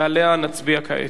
ועליה נצביע כעת.